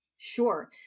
Sure